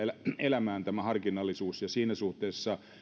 elämään ja siinä suhteessa